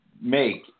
make